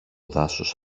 δάσος